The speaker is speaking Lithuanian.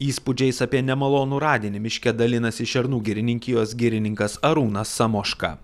įspūdžiais apie nemalonų radinį miške dalinasi šernų girininkijos girininkas arūnas samoška